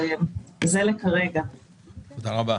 תודה רבה.